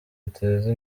ateze